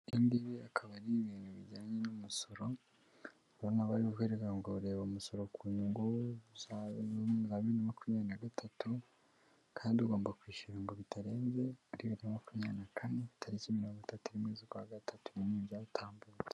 Ibingibi akaba ari ibintu bijyanye n'umusoro ubonabayeverega ngo ureba umusoro ku nyungu zawe nabiri makumyabiri nagatatu kandi ugomba kwishyura ngo bitarenze bibiri ma kumyabiri na kane, tariki ya mirongo itatu, mukwa gatatu mubyatambutse.